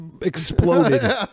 exploded